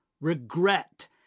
regret